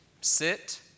sit